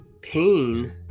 pain